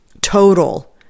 total